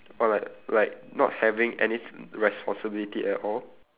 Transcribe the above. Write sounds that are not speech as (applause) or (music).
oh like like not having any (noise) responsibility at all